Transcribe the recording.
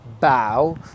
Bow